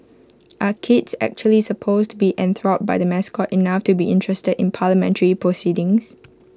are kids actually supposed to be enthralled by the mascot enough to be interested in parliamentary proceedings